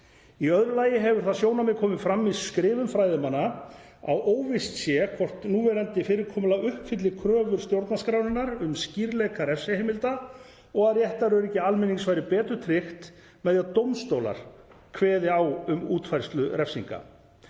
Í öðru lagi hefur það sjónarmið komið fram í skrifum fræðimanna að óvíst sé hvort núverandi fyrirkomulag uppfylli kröfur stjórnarskrárinnar um skýrleika refsiheimilda og að réttaröryggi almennings væri betur tryggt með því að dómstólar kveði á um útfærslu refsinga.